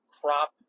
crop